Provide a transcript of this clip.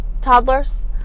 toddlers